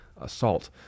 assault